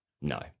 No